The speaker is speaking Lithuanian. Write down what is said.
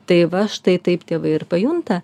tai va štai taip tėvai ir pajunta